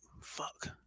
Fuck